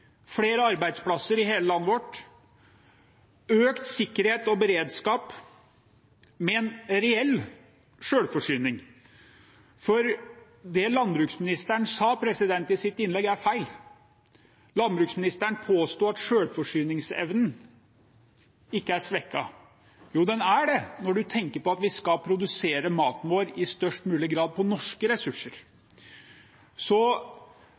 flere arbeidsplasser i hele landet vårt og økt sikkerhet og beredskap med en reell selvforsyning. For det landbruksministeren sa i sitt innlegg, er feil. Landbruksministeren påsto at selvforsyningsevnen ikke er svekket. Jo, den er det når man tenker på at vi skal produsere maten vår i størst mulig grad på norske ressurser.